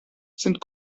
sind